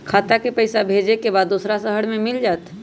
खाता के पईसा भेजेए के बा दुसर शहर में मिल जाए त?